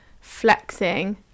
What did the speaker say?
flexing